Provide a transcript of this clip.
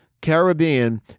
Caribbean